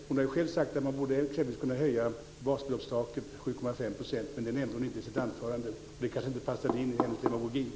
Hon har själv sagt att man egentligen borde höja basbeloppstaket 7,5 %, men det nämnde hon inte i sitt anförande. Det kanske inte passade in i demagogin?